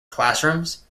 classrooms